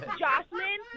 jocelyn